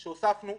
שהוספנו,